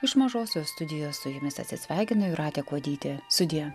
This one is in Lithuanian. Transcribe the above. iš mažosios studijos su jumis atsisveikina jūratė kuodytė sudie